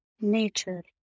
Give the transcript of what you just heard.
nature